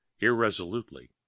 irresolutely